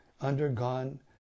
undergone